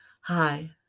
Hi